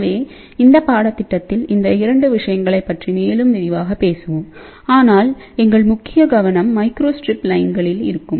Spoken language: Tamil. எனவே இந்த பாடத்திட்டத்தில் இந்த இரண்டு விஷயங்களைப் பற்றி மேலும் விரிவாகப் பேசுவோம் ஆனால் எங்கள் முக்கிய கவனம் மைக்ரோஸ்ட்ரிப் லைன்களில் இருக்கும்